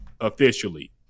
officially